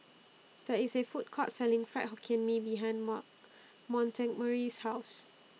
There IS A Food Court Selling Fried Hokkien Mee behind Mark Montgomery's House